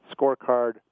scorecard